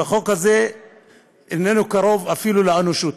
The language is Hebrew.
והחוק הזה איננו קרוב אפילו לאנושיות.